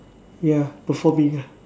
ya performing ah